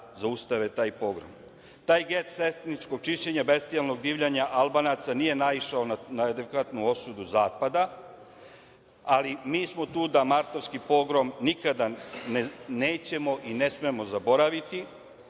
zaustave taj pogrom. Taj gest etničkog čišćenja, bestijalnog divljanja Albanaca nije naišao na adekvatnu osobu zapada, ali mi smo tu da Martovski pogrom nikada nećemo i ne smemo zaboraviti,